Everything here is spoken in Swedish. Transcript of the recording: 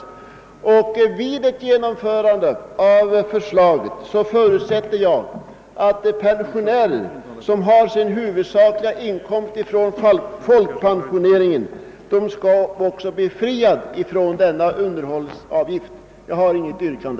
Jag förutsätter att vid ett genomförande av förslaget också pensionärer, som har sin huvudsakliga inkomst från folkpensioneringen, skall bli befriade från denna underhållsavgift. Jag har inget yrkande.